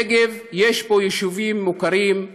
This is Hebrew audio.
בנגב יש יישובים מוכרים,